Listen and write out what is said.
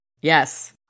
Yes